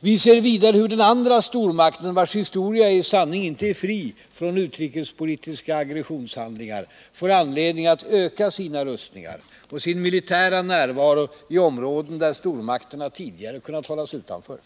Vi ser vidare hur den andra stormakten, vars historia i sanning inte är fri från utrikespolitiska aggressionshandlingar, får anledning att öka sina rustningar och sin militära närvaro i områden där stormakterna tidigare kunnat hållas utanför.